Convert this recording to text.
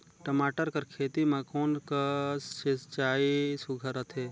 टमाटर कर खेती म कोन कस सिंचाई सुघ्घर रथे?